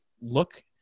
look